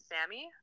Sammy